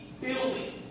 building